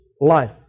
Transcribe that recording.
life